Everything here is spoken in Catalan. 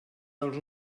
dels